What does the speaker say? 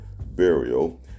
burial